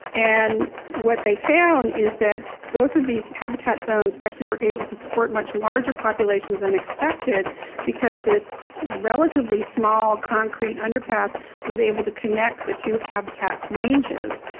and what they found, is that both of these habitat zones actually were able to support much larger populations than and expected because this relatively small, concrete underpass was able to connect the two habitat ranges.